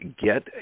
get